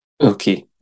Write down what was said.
Okay